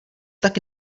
tak